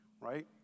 right